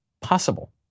possible